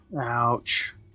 Ouch